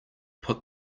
put